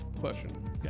question